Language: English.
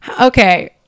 Okay